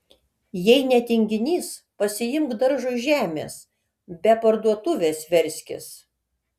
jei ne tinginys pasiimk daržui žemės be parduotuvės verskis